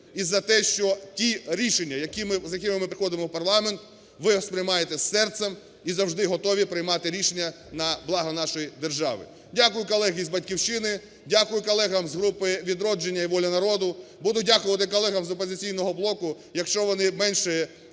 і за те, що ті рішення, з якими ми приходимо в парламент, ви сприймаєте з серцем і завжди готові приймати рішення на благо нашої держави. Дякую, колеги з "Батьківщини", дякую колегам з групи "Відродження" і "Воля народу", буду дякувати колегам з "Опозиційного блоку", якщо вони менше